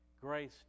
grace